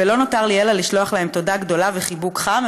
ולא נותר לי אלא לשלוח להם תודה גדולה וחיבוק חם.